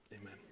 amen